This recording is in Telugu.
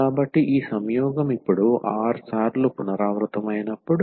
కాబట్టి ఈ సంయోగం ఇప్పుడు r సార్లు పునరావృతమవుతుంది